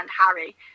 harry